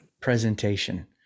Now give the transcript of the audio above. presentation